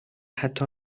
حتی